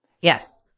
yes